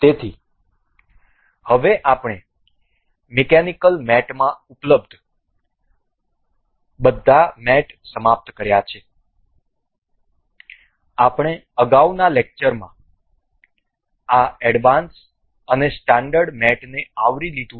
તેથી હવે આપણે મિકેનિકલ મેટ માં ઉપલબ્ધ બધા મેટ સમાપ્ત કર્યા છે અમે અગાઉના લેક્ચરોમાં આ એડવાન્સ્ડ અને સ્ટાન્ડર્ડ મેટને પણ આવરી લીધું છે